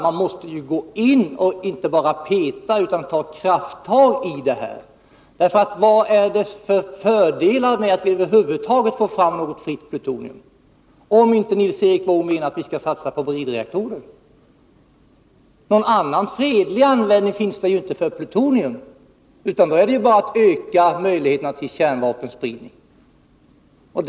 Man måste gå in och inte bara peta i det här, utan ta krafttag. Vad är det för fördelar med att över huvud taget få fram något fritt petroleum, om inte Nils Erik Wååg menar att vi skall satsa på bridreaktorer? Någon annan, fredlig användning för plutonium finns det ju inte, utan i så fall ökar man bara möjligheterna till spridning av kärnvapen.